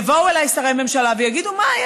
יבואו אליי שרי ממשלה ויגידו: מה,